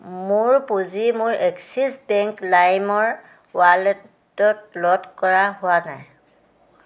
মোৰ পুঁজি মোৰ এক্সিছ বেংক লাইমৰ ৱালেটত ল'ড কৰা হোৱা নাই